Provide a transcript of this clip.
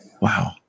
Wow